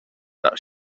that